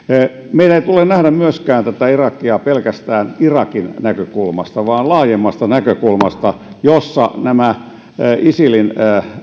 meidän ei tule myöskään nähdä irakia pelkästään irakin näkökulmasta vaan laajemmasta näkökulmasta jossa nämä isilin